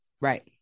Right